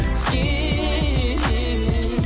skin